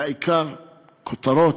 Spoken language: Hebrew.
והעיקר כותרות.